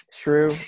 True